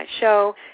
show